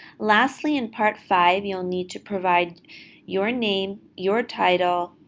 lastly, in part five, you'll need to provide your name, your title,